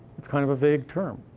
it's kind of a vague term.